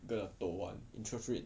gonna toh one interest rate